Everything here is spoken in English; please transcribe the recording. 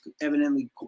evidently